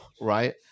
Right